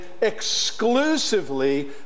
exclusively